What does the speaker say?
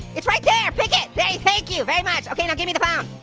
it's right there, pick it. hey, thank you very much. okay, now gimme the phone.